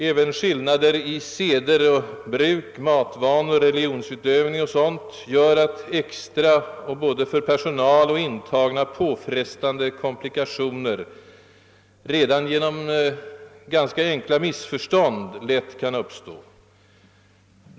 även skillnaden i seder och bruk, matvanor, religions utövning och sådant gör att extra påfrestande komplikationer genom ganska enkla missförstånd lätt kan uppstå beträffande både personal och intagna.